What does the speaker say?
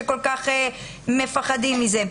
שכל כך מפחדים מזה.